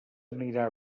anirà